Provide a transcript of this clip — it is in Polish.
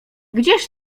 gdzież